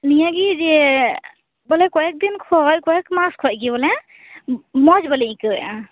ᱱᱤᱭᱟᱹᱜᱮ ᱡᱮ ᱵᱚᱞᱮ ᱠᱚᱭᱮᱠ ᱫᱤᱱ ᱠᱷᱚᱡ ᱠᱚᱭᱮᱠ ᱢᱟᱥ ᱠᱷᱚᱡ ᱜᱮ ᱢᱟᱱᱮ ᱢᱚᱡᱽ ᱵᱟᱞᱮ ᱟᱹᱭᱠᱟᱹᱣᱮᱫᱟ